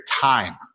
time